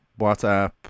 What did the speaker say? WhatsApp